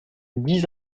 dix